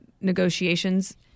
negotiations